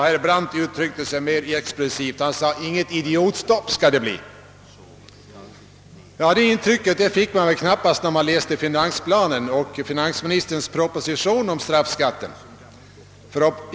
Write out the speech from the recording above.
Herr Brandt uttryckte sig mera expressivt: det skulle inte bli något »idiotstopp». Det intrycket fick man knappast när man läste finansplanen och finansministerns proposition om straffskatten.